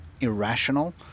irrational